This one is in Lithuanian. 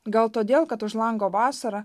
gal todėl kad už lango vasara